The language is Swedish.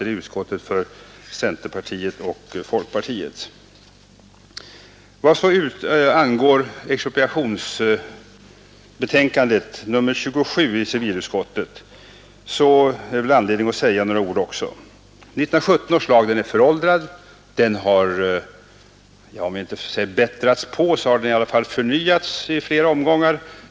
Civilutskottets expropriationsbetänkande, nr 27, ger mig också anledning att säga några ord. 1917 års lag är föråldrad. Den har, om inte bättrats på, så i alla fall förnyats i flera omgångar.